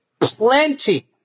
plenty